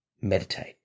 meditate